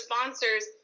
sponsors